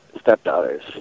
stepdaughters